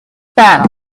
banal